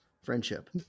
Friendship